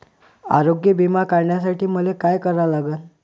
आरोग्य बिमा काढासाठी मले काय करा लागन?